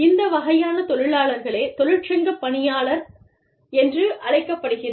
இந்த வகையான தொழிலாளர்களே தொழிற்சங்க பணியாளர் என்று அழைக்கப்படுகிறார்